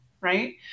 right